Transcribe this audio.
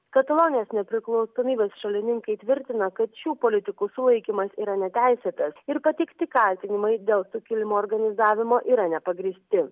katalonijos nepriklausomybės šalininkai tvirtina kad šių politikų sulaikymas yra neteisėtas ir pateikti kaltinimai dėl sukilimo organizavimo yra nepagrįsti